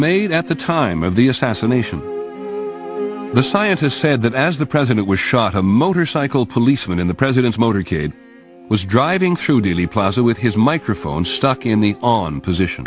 made at the time of the assassination the scientists said that as the president was shot a motorcycle policeman in the president's motorcade was driving through dealey plaza with his microphone stuck in the on position